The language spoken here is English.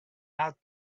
out